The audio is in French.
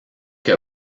que